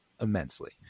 immensely